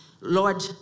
Lord